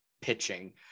pitching